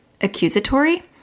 accusatory